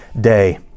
day